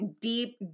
deep